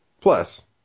Plus